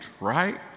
right